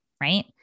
right